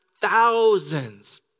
thousands